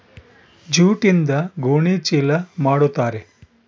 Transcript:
ಜೂಟ್ಯಿಂದ ಗೋಣಿ ಚೀಲ ಮಾಡುತಾರೆ